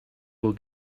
will